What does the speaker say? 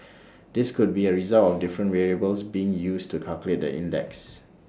this could be A result of different variables being used to calculate the index